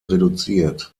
reduziert